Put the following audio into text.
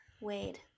Wade